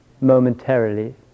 momentarily